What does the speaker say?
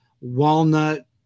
Walnut